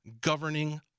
governing